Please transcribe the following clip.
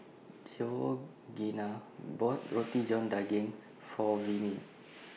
Georgeanna bought Roti John Daging For Vinie